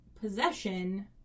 possession